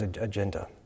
agenda